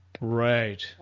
Right